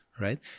right